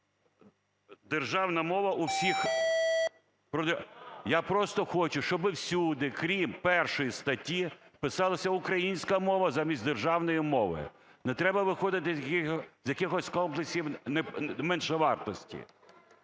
"державна мова у всіх"… Я просто хочу, щоб всюди, крім 1 статті, писалося "українська мова" замість "державної мови", не треба виходити з якихось комплексів меншовартості.